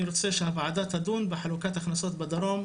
אני רוצה שהוועדה תדון בחלוקת הכנסות בדרום,